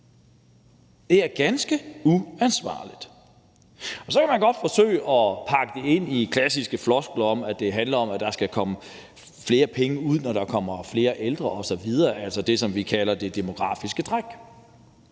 Det er ganske uansvarligt. Så kan man godt forsøg at pakke det ind i klassiske floskler om, at det handler om, at der skal komme flere penge ud i det offentlige, når der kommer flere ældre osv., altså det, som vi kalder det demografiske træk.